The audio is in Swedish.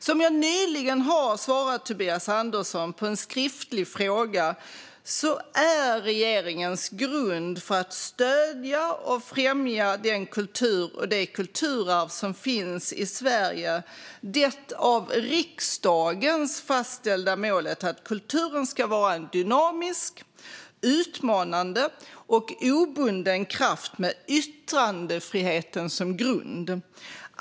Som jag nyligen har svarat Tobias Andersson på en skriftlig fråga så är regeringens grund för att stödja och främja den kultur och det kulturarv som finns i Sverige det av riksdagen fastställda målet att kulturen ska vara en dynamisk, utmanande och obunden kraft med yttrandefriheten som grund.